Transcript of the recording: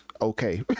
okay